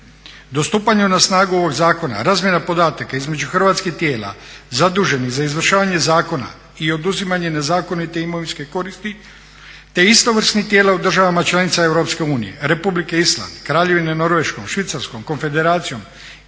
Do stupanja na snagu ovog zakona razmjena podataka između hrvatskih tijela zaduženih za izvršavanje zakona i oduzimanje nezakonite imovinske koristi, te istovrsnih tijela u državama članica EU Republike Island, Kraljevine Norveške, Švicarskom konfederacijom,